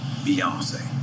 Beyonce